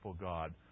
God